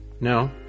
No